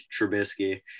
Trubisky